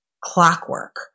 clockwork